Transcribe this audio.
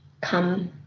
come